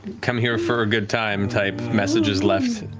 come here for a good time type messages left,